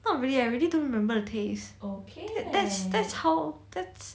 not really I really don't remember the taste that's that's how that's